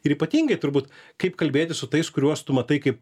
ir ypatingai turbūt kaip kalbėti su tais kuriuos tu matai kaip